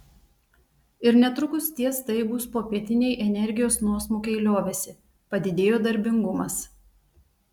ir netrukus tie staigūs popietiniai energijos nuosmukiai liovėsi padidėjo darbingumas